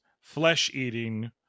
flesh-eating